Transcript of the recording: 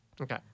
Okay